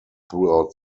throughout